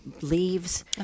leaves